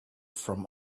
from